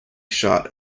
shot